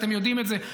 אתם יודעים את זה.